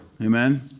Amen